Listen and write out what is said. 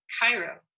Cairo